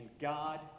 God